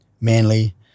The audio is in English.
Manly